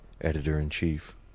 Editor-in-Chief